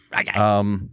Okay